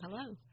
Hello